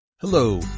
Hello